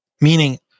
meaning